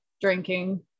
drinking